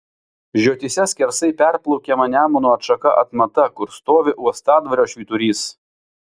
žiotyse skersai perplaukiama nemuno atšaka atmata kur stovi uostadvario švyturys